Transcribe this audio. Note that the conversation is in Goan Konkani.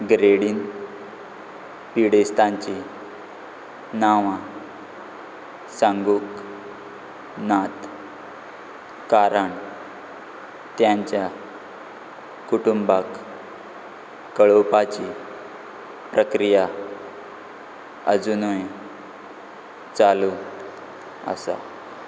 ग्रेडीन पिडेस्तांची नांवां सांगूंक नात कारण तांच्या कुटुंबांक कळोवपाची प्रक्रिया आजुनूय चालू आसा